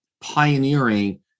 pioneering